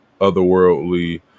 otherworldly